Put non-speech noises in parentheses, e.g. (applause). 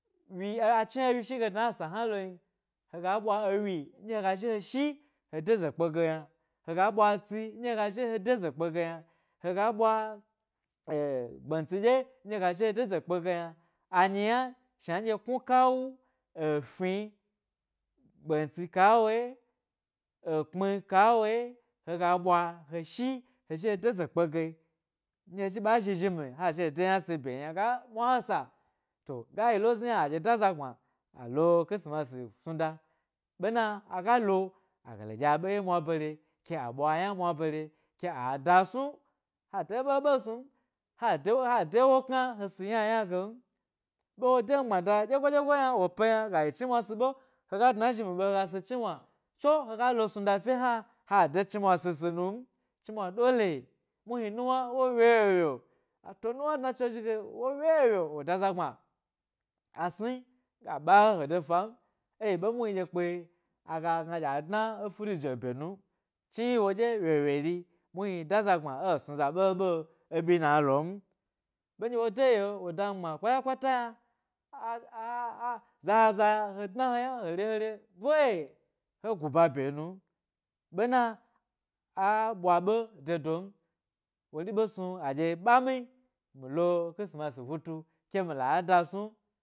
Wyi a chin ewyi shi ge dna esa hna lon, he sa ɓwa ewyi nɗye he ga zhi he shi he dezekpe yna, he ga ɓwa etsi nɗye, he ga zhi he dezekpe ge yna, he ga ɓwa (hesitation) gbentsi ɗye nɗye he ga zhi he dezekpe ge yna, anyi yna shna nɗye ƙnukwu, gfni, gbentsi kawoye, ekpmi kawoye hega ɓwa he shi he zhi he dezekpe ge nɗye he zhi ɓa zhi zhi mi ha zhi he de yna gi bye n yna ga mwasa to ga yi lo ezni hna eɗye da zagbma a lo christmasi snuda ɓena a ga lo he ga lo ɗye aɓe wye mwabere ke a ɓwa yna mwabere ke ha dasnu ha de ɓe ɓe gnu m, ha de wo dewo kna he si yna ge m, ɓe wode mi gbmada ɗyegoyi-ɗyegoyi wo pee yna ga yi chnimwa tso he ga dna to snuda fe hna ha de chnimwa sisi num, chnimwa ɗole, muhni nuwna wo wyo-wyo a to nuwaa e dnatso zhi ge wo wyo-wyo wo da za gbma a sni ga ɓa he he de fa m, ė yi ɓe muhnia gna ɗye kpe aga dna e furiji o bye num chni yi woɗye wyo wyo riyi muhni da za gbma e snu za ɓe ɓeo ė ɓyina lom, ɓe ɗye de yio wo da mi gbma kpakpata yna aaa zaza he dna he yna he te he ra ɓoe he gu ba ɓye mum, ɓena a ɓwa ɓee de dom wori ɓe snu aɗye ɓami mito khisimas futu ke mi za da snu.